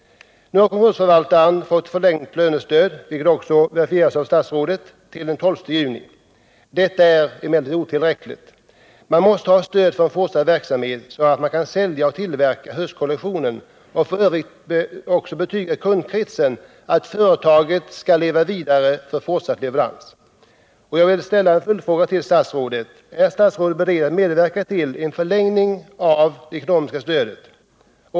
Nu har konkursförvaltarna, som också verifierats av statsrådet, fått en förlängning av lönestödet till den 12 juni. Detta är emellertid otillräckligt. Man måste ha stöd för en fortsatt verksamhet, så att man kan sälja och tillverka höstkollektionen och dessutom kunna betyga kundkretsen att företaget skall leva vidare för fortsatta leveranser. Jag vill ställa en följdfråga till statsrådet: Är statsrådet beredd till en förlängning av det ekonomiska stödet?